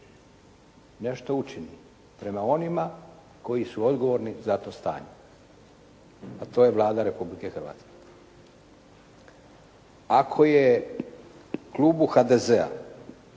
nešto učini prema onima koji su odgovorni za to stanje, a to je Vlada Republike Hrvatske. Ako je Klubu HDZ-a